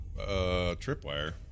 Tripwire